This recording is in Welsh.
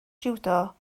jiwdo